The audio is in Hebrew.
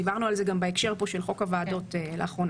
דיברנו על זה גם בהקשר של חוק הוועדות לאחרונה.